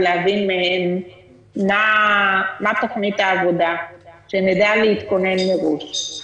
להבין מהם מהי תוכנית העבודה כדי שנדע להתכונן מראש.